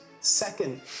Second